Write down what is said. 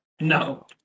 No